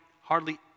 hardly